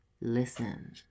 listen